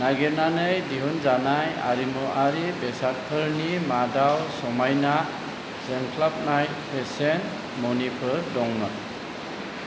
नायगिरनानै दिहुनजानाय आरिमुआरि बेसादफोरनि मादाव समायना जोंख्लाबनाय फेसेन मनिफोर दंमोन